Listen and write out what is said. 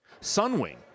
Sunwing